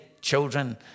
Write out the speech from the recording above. children